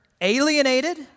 alienated